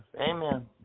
Amen